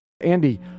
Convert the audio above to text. Andy